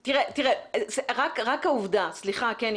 סליחה,